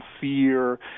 fear